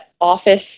office